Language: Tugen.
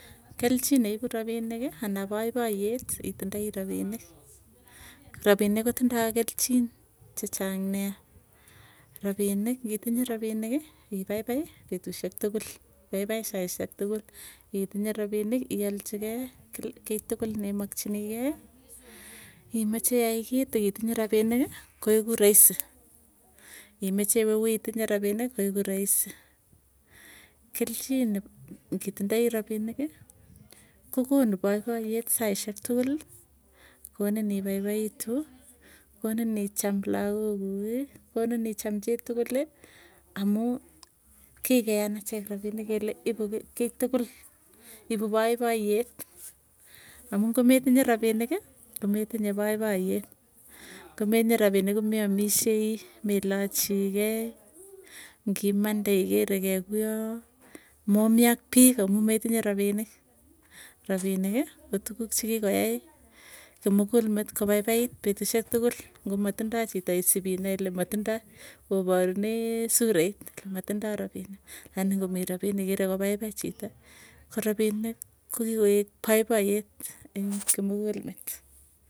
Kelchin ne ipu rapinik anan poipoiyet itinye rapinik rapinik ko tindoi kelchin. Che cheng nea rapinik ngi tinyei rapinik ipaipai petusiek tugul ipaipai saisiek tugul itinye rapinik ialchi kei ki tugul ne makchini gei imoche iyai kit akitinye rapinik ko egu rahisi imoche iwe wi itinye rapinik, ko egu rahisi kelchin ngi tindoi rapinik kokonu popoiyet saisiek tuguk konin ipaipaitu konin icham lagok guk konin icham. Chi tugul amu kigeyan achek rapinik kele ipu ki tugul ipu poipoiyet amu ngo metinye rapinik kometinye poipoiyet ko metinye rapinik komeamishei melachi gei ngimande igere kei guyo momi ak pik amu, metinye rapinik raponok ko tuguk che kigoyai kimugul, met kopaipait petusiek tugul ngo matindoi chito. Shipinoe ile matindoi koparune surait ilematindoi rapinik anan komi rapinik igere ko paipai chito korapinik ko kigoek poipoiyet eny kimugulmet.